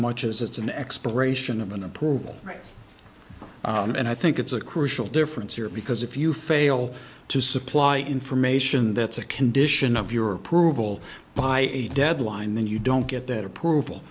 much as it's an exploration of an approval and i think it's a crucial difference here because if you fail to supply information that's a condition of your approval by a deadline then you don't get that approval